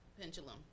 pendulum